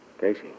Casey